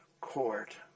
court